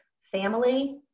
family